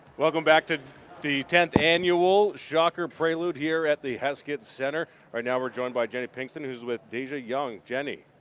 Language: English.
welcome back to the tenth annual shocker prelude here at the heskett center. right now we're joined by jenny pinkston, who is with deja young. jenny.